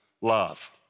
love